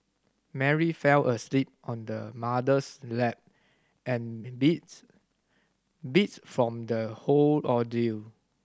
Mary fell asleep on her mother's lap and beats beats from the whole ordeal